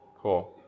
cool